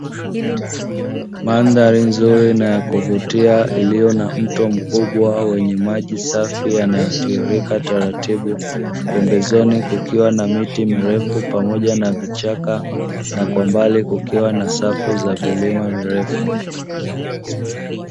Mandhari nzuri na ya kuvutia, iliyo na mto mkubwa wenye maji safi yanayotirika taratibu, pembezoni kukiwa na miti mirefu pamoja na vichaka na kwa mbali kukiwa na safu za vilima mirefu.